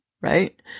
right